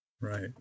right